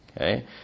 Okay